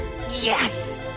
Yes